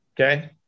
Okay